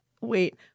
Wait